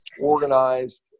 organized